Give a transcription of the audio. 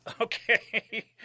Okay